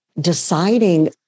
deciding